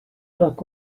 look